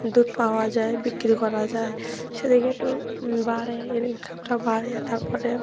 দুধ পাওয়া যায় বিক্রি করা যায় সেদিকে একটু বাড়ে ইনকামটা বাড়ে তারপরে